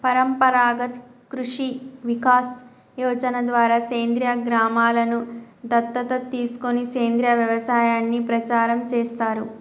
పరంపరాగత్ కృషి వికాస్ యోజన ద్వారా సేంద్రీయ గ్రామలను దత్తత తీసుకొని సేంద్రీయ వ్యవసాయాన్ని ప్రచారం చేస్తారు